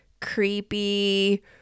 creepy